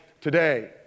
today